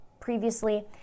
previously